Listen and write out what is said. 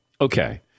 okay